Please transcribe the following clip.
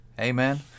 Amen